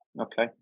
Okay